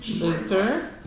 Luther